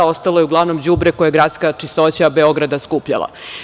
Ostalo je uglavnom đubre koje je „Gradska čistoća“ Beograda skupljala.